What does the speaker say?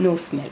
no smell